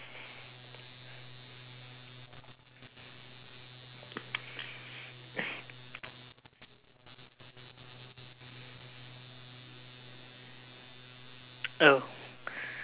oh